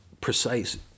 precise